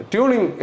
Tuning